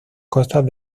costas